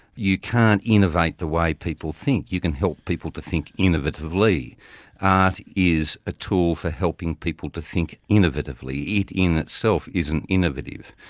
you can't innovate the way people think. you can help people to think innovatively. art is a tool for helping people to think innovatively. it in itself isn't innovative,